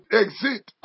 exit